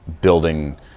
building